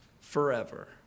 forever